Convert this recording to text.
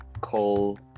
call